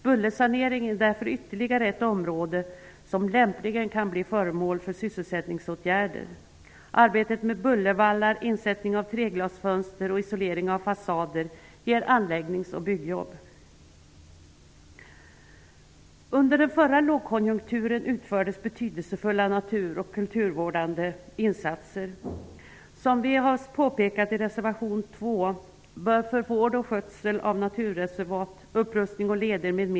Bullersanering är därför ytterligare ett område som lämpligen kan bli föremål för sysselsättningsåtgärder. Arbetet med bullervallar, insättning av treglasfönster och isolering av fasader ger anläggnings och byggjobb. Under den förra lågkonjunkturen utfördes betydelsefulla natur och kulturvårdande insatser.